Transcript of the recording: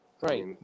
Right